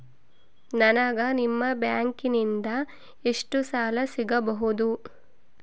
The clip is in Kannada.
ನನಗ ನಿಮ್ಮ ಬ್ಯಾಂಕಿನಿಂದ ಎಷ್ಟು ಸಾಲ ಸಿಗಬಹುದು?